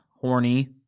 horny